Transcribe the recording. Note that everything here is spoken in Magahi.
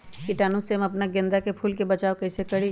कीटाणु से हम अपना गेंदा फूल के बचाओ कई से करी?